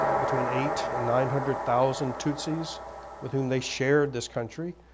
ah between eight and nine-hundred thousand tutsis with whom they shared this country,